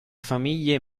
famiglie